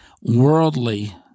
worldly